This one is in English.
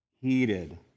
Heated